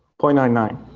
point nine nine.